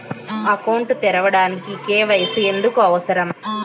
Account తెరవడానికి, KYC ఎందుకు అవసరం?